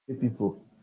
people